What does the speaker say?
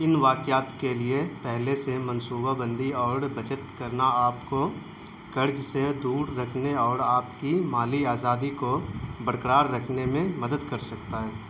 ان واقعات کے لیے پہلے سے منصوبہ بندی اور بچت کرنا آپ کو قرض سے دور رکھنے اور آپ کی مالی آزادی کو برقرار رکھنے میں مدد کر سکتا ہے